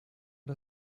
der